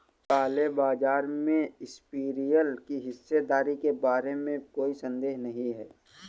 काले बाजार में इंपीरियल की हिस्सेदारी के बारे में भी कोई संदेह नहीं है